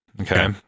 okay